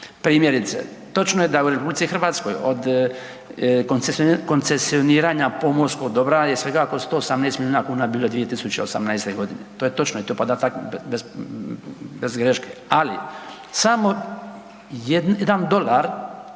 Primjerice, točno je da u RH od koncesioniranja pomorskog dobra je svega oko 118 milijuna kuna bilo 2018.g., to je točno i to je podatak bez greške. Ali samo jedan dolar